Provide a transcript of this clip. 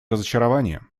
разочарование